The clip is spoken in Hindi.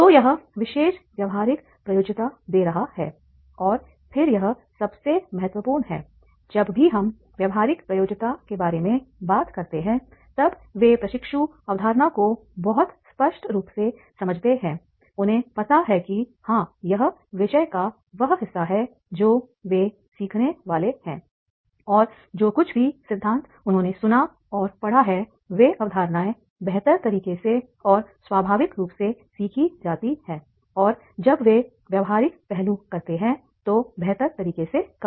तो यह विशेष व्यावहारिक प्रयोज्यता दे रहा हैऔर फिर यह सबसे महत्वपूर्ण है जब भी हम व्यावहारिक प्रयोज्यता के बारे में बात करते हैंतब वे प्रशिक्षु अवधारणा को बहुत स्पष्ट रूप से समझते हैंउन्हें पता है कि हाँ यह विषय का वह हिस्सा है जो वे सीखने वाले हैं और जो कुछ भी सिद्धांत उन्होंने सुना और पढ़ा है वे अवधारणाएं बेहतर तरीके से और स्वाभाविक रूप से सीखी जाती हैं और जब वे व्यावहारिक पहलू करते हैं तो बेहतर तरीके से कम